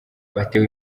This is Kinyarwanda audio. batewe